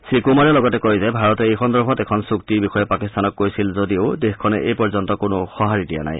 শ্ৰীকুমাৰে লগতে কয় যে ভাৰতে এই সন্দৰ্ভত এখন চুক্তিৰ বিষয়ে পাকিস্তানক কৈছিল যদিও দেশখনে এইপৰ্যন্ত কোনো সঁহাৰি দিয়া নাই